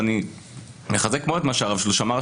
ואני מחזק מאוד את מה שהרב שלוש אמר,